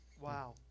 Wow